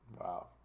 Wow